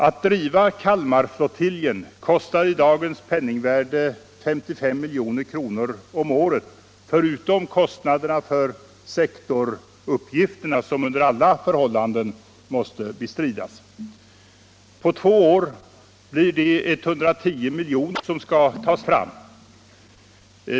Att driva Kalmarflottiljen kostar i dagens penningvärde 55 milj.kr. om året, förutom kostnaderna för sektorsuppgifterna, som under alla förhållanden måste bestridas. På två år blir det 110 milj.kr. som skall tas fram.